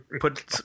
Put